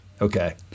Okay